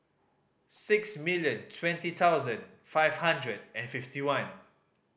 six million twenty thousand five hundred and fifty one